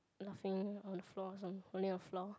laughing on the floor some only on floor